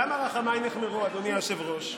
למה רחמיי נכמרו, אדוני היושב-ראש?